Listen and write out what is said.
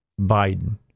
Biden